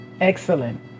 Excellent